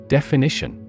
Definition